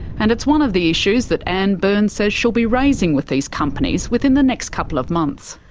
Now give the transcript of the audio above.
and it's one of the issues that ann byrne says she'll be raising with these companies within the next couple of months.